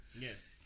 yes